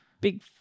big